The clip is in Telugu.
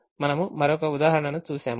మనము మరొక ఉదాహరణను చూశాము